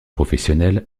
professionnel